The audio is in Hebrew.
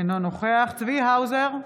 אינו נוכח צבי האוזר,